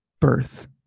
birth